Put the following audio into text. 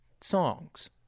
songs